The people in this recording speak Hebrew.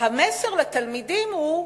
המסר לתלמידים הוא: